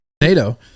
nato